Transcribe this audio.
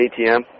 ATM